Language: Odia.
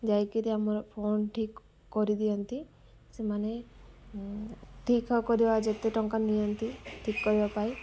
ଯାଇକିରି ଆମର ଫୋନ୍ ଠିକ୍ କରିଦିଅନ୍ତି ସେମାନେ ଠିକ କରିବା ଯେତେ ଟଙ୍କା ନିଅନ୍ତି ଠିକ୍ କରିବା ପାଇଁ